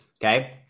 okay